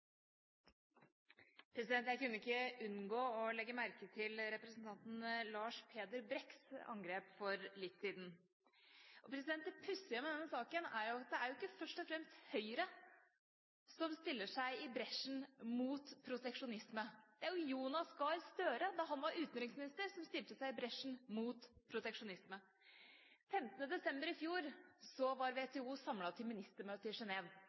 Jeg kunne ikke unngå å legge merke til representanten Lars Peder Brekks angrep for litt siden. Det pussige med denne saken er jo at det ikke først og fremst er Høyre som stiller seg i bresjen mot proteksjonisme. Det var Jonas Gahr Støre – da han var utenriksminister – som stilte seg i bresjen mot proteksjonisme. Den 15. desember i fjor var WTO samlet til ministermøte i